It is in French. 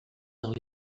dans